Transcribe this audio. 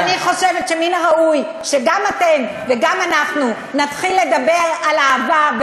אז אני חושבת שמן הראוי שגם אתם וגם אנחנו נתחיל לדבר על אהבה,